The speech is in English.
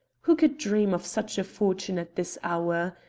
who could dream of such fortune at this hour?